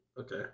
Okay